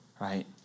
right